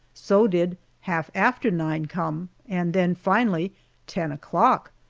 so did half after nine come, and then, finally ten o'clock,